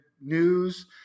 news